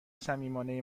صمیمانه